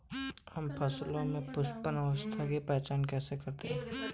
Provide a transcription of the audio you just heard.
हम फसलों में पुष्पन अवस्था की पहचान कैसे करते हैं?